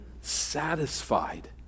satisfied